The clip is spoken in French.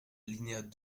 alinéas